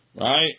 Right